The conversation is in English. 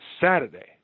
Saturday